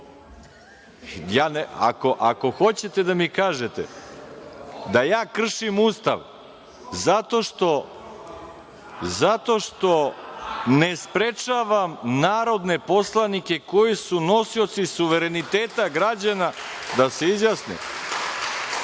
hoćete da mi kažete da ja kršim Ustav zato što ne sprečavam narodne poslanike koji su nosioci suvereniteta građana da se izjasne,